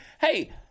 hey